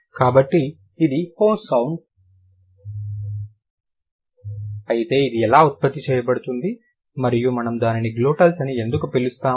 కాబట్టి ఇది హో సౌండ్ అయితే ఇది ఎలా ఉత్పత్తి చేయబడుతుంది మరియు మనం దానిని గ్లోటల్స్ అని ఎందుకు పిలుస్తాము